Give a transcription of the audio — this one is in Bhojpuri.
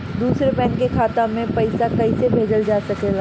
दूसरे बैंक के खाता में पइसा कइसे भेजल जा सके ला?